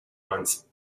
once